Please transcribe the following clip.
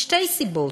משתי סיבות: